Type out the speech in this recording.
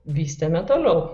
vystėme toliau